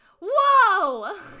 Whoa